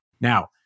Now